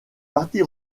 partis